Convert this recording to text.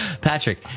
Patrick